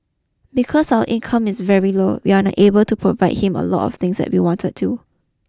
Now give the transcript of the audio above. because our income is very low we are unable to provide him a lot of things that we wanted to